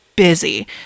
busy